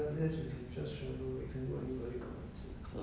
well